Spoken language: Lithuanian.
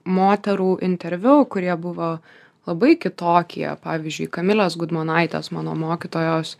moterų interviu kurie buvo labai kitokie pavyzdžiui kamilės gudmonaitės mano mokytojos